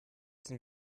sind